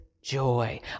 joy